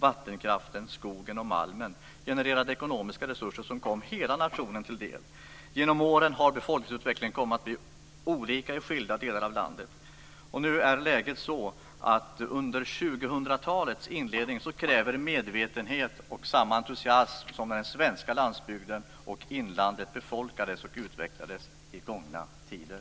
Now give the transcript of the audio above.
Vattenkraften, skogen och malmen genererade ekonomiska resurser som kom hela nationen till del. Genom åren har befolkningsutvecklingen kommit att bli olika i skilda delar av landet. Nu är läget sådant att det under 2000-talets inledning krävs samma medvetenhet och entusiasm som när den svenska landsbygden och det svenska inlandet befolkades och utvecklades i gångna tider.